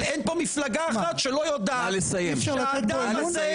אני רוצה להגיד: אני באמת מרגישה שאני צריכה אחרי שאני יוצאת מכאן לשטוף